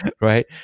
Right